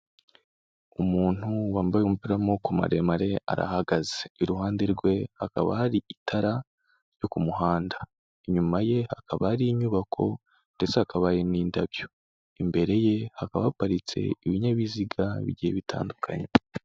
Umuntu wambaye umupira w'amaboko maremare arahagaze, iruhande rwe hakaba hari itara ryo ku muhanda, inyuma ye hakaba hari inyubako ndetse hakaba hari n'indabyo, imbere ye hakaba haparitse ibinyabiziga bigiye bitandukanye.